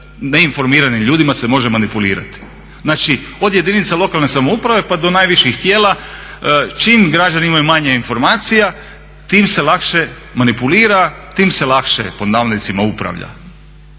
neinformiranim ljudima se može manipulirati. Znači od jedinica lokalne samouprave pa do najviših tijela čim građani imaju manje informacija tim se lakše manipulira, tim se lakše "upravlja".